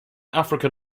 african